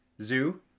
Zoo